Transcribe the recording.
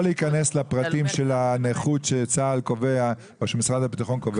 לא להיכנס לפרטים של הנכות שצה"ל או שמשרד הביטחון קובע.